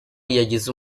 yagize